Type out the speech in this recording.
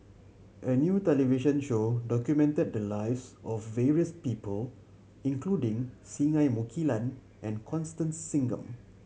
a new television show documented the lives of various people including Singai Mukilan and Constance Singam